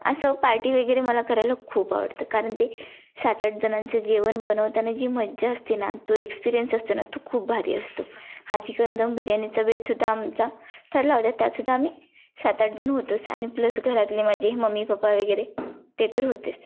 असं पार्टी वगैरे मला करायला खूप आवडतं कारण ते सात आठजणांचं जेवण बनवताना जी मजा असते ना जो एक्सपिरियन्स असतो ना तो खूप भारी असतो हा चिकन दम बिर्याणीचा बेतसुद्धा आमचा ठरला होता त्यातसुद्धा आम्ही सात आठजण होतोच आणि प्लस घरातले माझे मम्मी पप्पा वगैरे ते तर होतेच